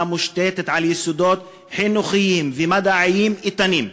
המושתתת על יסודות חינוכיים ומדעיים איתנים.